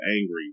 angry